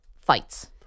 fights